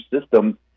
system